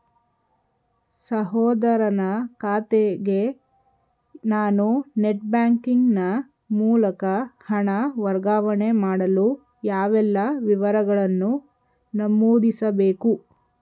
ಸಹೋದರನ ಖಾತೆಗೆ ನಾನು ನೆಟ್ ಬ್ಯಾಂಕಿನ ಮೂಲಕ ಹಣ ವರ್ಗಾವಣೆ ಮಾಡಲು ಯಾವೆಲ್ಲ ವಿವರಗಳನ್ನು ನಮೂದಿಸಬೇಕು?